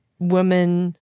women